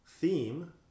theme